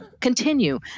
Continue